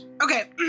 Okay